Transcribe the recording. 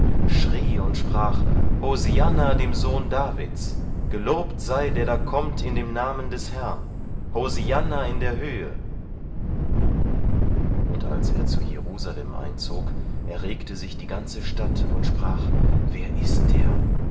schrie und sprach hosianna dem sohn davids gelobt sei der da kommt in dem namen des herrn hosianna in der höhe und als er zu jerusalem einzog erregte sich die ganze stadt und sprach wer ist der